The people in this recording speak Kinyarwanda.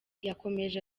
yakomeje